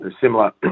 similar